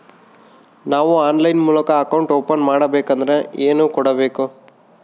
ನಾವು ಆನ್ಲೈನ್ ಮೂಲಕ account open ಮಾಡಬೇಂಕದ್ರ ಏನು ಕೊಡಬೇಕು?